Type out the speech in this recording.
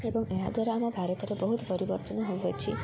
ଏବଂ ଏହାଦ୍ୱାରା ଆମ ଭାରତରେ ବହୁତ ପରିବର୍ତ୍ତନ ହେଉଅଛି